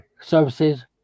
services